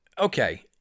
okay